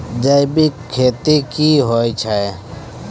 जैविक खेती की होय छै?